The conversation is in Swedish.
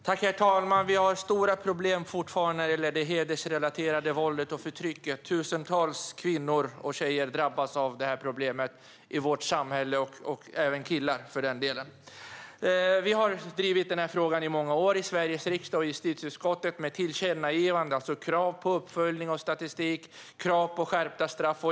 Herr talman! Vi har fortfarande stora problem när det gäller det hedersrelaterade våldet och förtrycket. Tusentals kvinnor och tjejer drabbas av det här problemet i vårt samhälle - även killar, för den delen. Vi har i många år drivit den här frågan i Sveriges riksdag och justitieutskottet med tillkännagivanden, alltså krav på uppföljning av statistik och krav på skärpta straff.